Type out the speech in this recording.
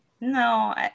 No